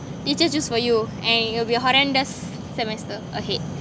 they just choose for you and it will be a horrendous semester ahead